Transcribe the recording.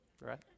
Right